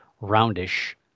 roundish